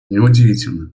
неудивительно